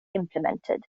implemented